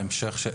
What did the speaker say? בהמשך,